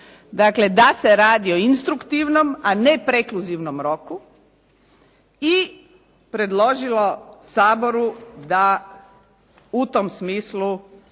Dakle, da se radi o instruktivnom, a ne prekluzivnom roku i predložilo Saboru da u tom smislu